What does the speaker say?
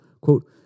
Quote